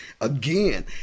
again